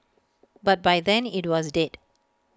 but by then IT was dead